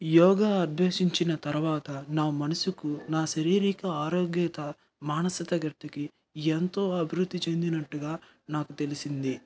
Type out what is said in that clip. యోగా అభ్యసించిన తర్వాత నా మనసుకు నా శరీరిక ఆరోగ్యత మానసిక గట్టికి ఎంతో అభివృద్ధి చెందినట్టుగా నాకు తెలిసింది